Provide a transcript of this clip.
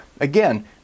again